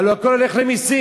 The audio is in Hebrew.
הלוא הכול הולך למסים.